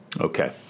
Okay